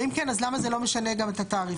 ואם כן, אז למה זה לא משנה גם את התעריפון?